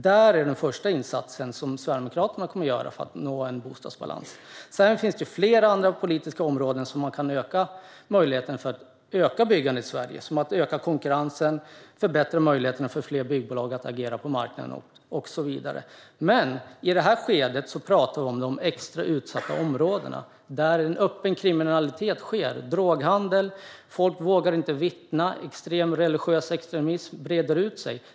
Det är den första insats som Sverigedemokraterna kommer att göra för att nå bostadsbalans. Sedan finns det flera andra politiska områden där man kan förbättra möjligheterna för att öka byggandet i Sverige genom att öka konkurrensen, förbättra möjligheterna för fler byggbolag att agera på marknaden och så vidare. Men i det här skedet talar vi om de extra utsatta områdena där kriminalitet som droghandel sker öppet, folk inte vågar vittna och religiös extremism breder ut sig.